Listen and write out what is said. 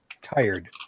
tired